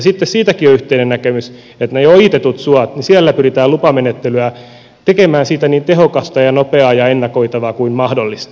sitten siitäkin on yhteinen näkemys että mitä tulee ojitettuihin soihin niin lupamenettelystä pyritään tekemään niin tehokasta ja nopeaa ja ennakoitavaa kuin mahdollista